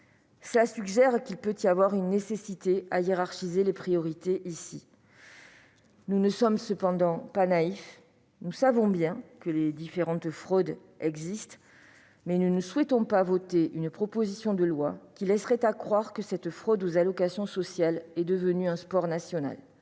Cela suggère qu'il pourrait être nécessaire de hiérarchiser les priorités. Nous ne sommes cependant pas naïfs, nous savons bien que les différentes fraudes existent, mais nous ne souhaitons pas voter une proposition de loi qui laisserait accroire que cette fraude aux allocations sociales serait devenue un sport national.